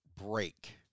break